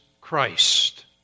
Christ